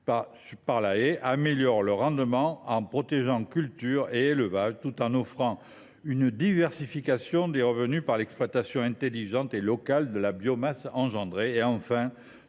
par la haie améliorent les rendements en protégeant cultures et élevages, tout en offrant une diversification des revenus par l’exploitation intelligente et locale de la biomasse engendrée. Elles